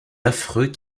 affreux